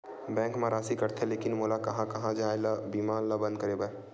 Bank मा राशि कटथे लेकिन मोला कहां जाय ला कइसे बीमा ला बंद करे बार?